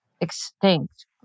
extinct